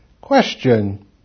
Question